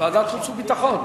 ועדת החוץ והביטחון.